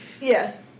Yes